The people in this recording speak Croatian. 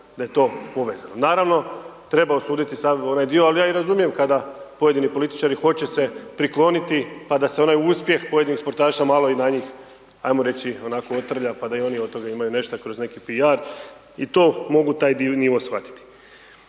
da je to povezano. Naravno, treba osuditi sav onaj dio, ali ja i razumijem kada pojedini političari, hoće se prikloniti, pa da se onaj uspjeh pojedinih sportaša, malo i na njih, ajmo reći, otrlja, pa da i oni od toga imaju nešto kroz neki p.r. i to mogu taj dio njihov shvatiti.